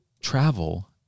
travel